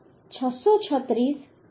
તેથી આ 636